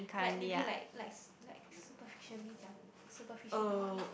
like maybe like like like superficially 讲 superficially